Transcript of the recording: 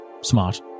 Smart